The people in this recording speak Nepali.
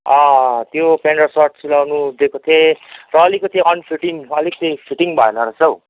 अँ त्यो पेन्ट र सर्ट सिलाउनु दिएको थिएँ र अलिकति अनफिटिङ अलिकित फिटिङ भएन रहेछ हौ